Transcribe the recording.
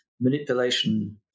manipulation